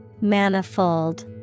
Manifold